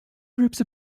groups